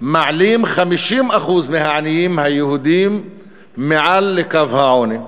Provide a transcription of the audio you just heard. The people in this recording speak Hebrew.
מעלים 50% מהעניים היהודים מעל לקו העוני,